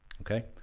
Okay